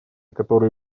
которые